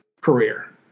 career